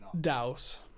Douse